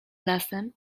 lasem